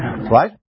right